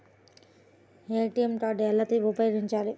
ATM card ఎలా ఉపయోగించాలి?